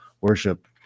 worship